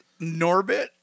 Norbit